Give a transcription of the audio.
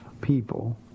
people